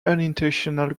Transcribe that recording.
unintentional